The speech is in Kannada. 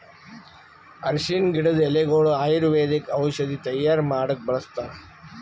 ಅರ್ಷಿಣ್ ಗಿಡದ್ ಎಲಿಗೊಳು ಆಯುರ್ವೇದಿಕ್ ಔಷಧಿ ತೈಯಾರ್ ಮಾಡಕ್ಕ್ ಬಳಸ್ತಾರ್